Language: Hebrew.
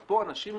אבל פה, אנשים